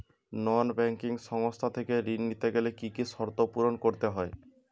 নন banking সংস্থা থেকে ঋণ নিতে গেলে কি কি শর্ত পূরণ করতে হয়?